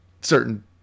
certain